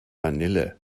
vanille